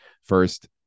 first